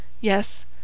Yes